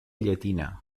llatina